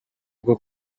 bwo